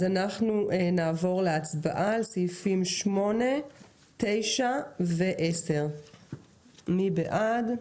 אנחנו נעבור להצבעה על סעיפים 8 10. מי בעד?